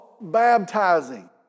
baptizing